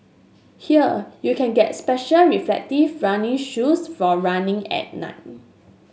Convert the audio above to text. here you can get special reflective running shoes for running at night